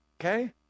okay